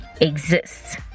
exists